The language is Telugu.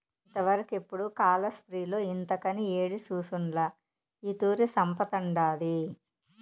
ఇంతవరకెపుడూ కాలాస్త్రిలో ఇంతకని యేడి సూసుండ్ల ఈ తూరి సంపతండాది